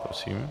Prosím.